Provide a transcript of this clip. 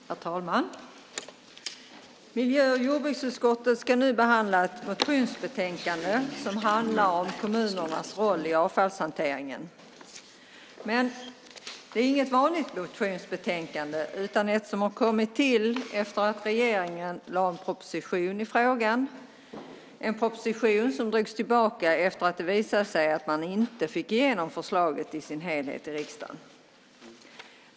Herr talman! Miljö och jordbruksutskottet ska nu behandla ett motionsbetänkande som handlar om kommunernas roll i avfallshanteringen. Men det är inget vanligt motionsbetänkande utan ett som har kommit till efter det att regeringen lade fram en proposition i frågan, en proposition som drogs tillbaka när det visade sig att man inte fick igenom förslaget i sin helhet i riksdagen.